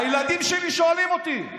הילדים שלי שואלים אותי,